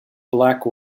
black